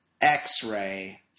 x-ray